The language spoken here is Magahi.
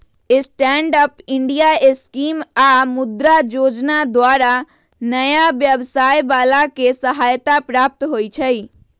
स्टैंड अप इंडिया स्कीम आऽ मुद्रा जोजना द्वारा नयाँ व्यवसाय बला के सहायता प्राप्त होइ छइ